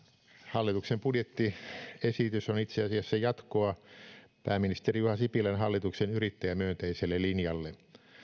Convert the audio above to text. hallituksen budjettiesitys on itse asiassa jatkoa pääministeri juha sipilän hallituksen yrittäjämyönteiselle linjalle